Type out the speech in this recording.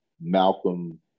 Malcolm